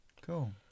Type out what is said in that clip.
Cool